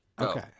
Okay